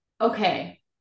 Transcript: okay